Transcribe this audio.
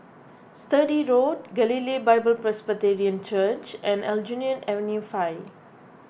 Sturdee Road Galilee Bible Presbyterian Church and Aljunied Avenue five